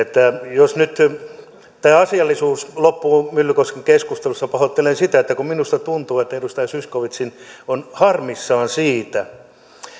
jos nyt tämä asiallisuus loppuu myllykosken keskustelussa pahoittelen sitä että kun minusta tuntuu että edustaja zyskowicz on harmissaan siitä